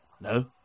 No